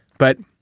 but,